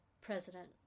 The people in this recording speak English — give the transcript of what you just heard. president